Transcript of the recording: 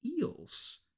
eels